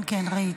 כן, כן, ראיתי.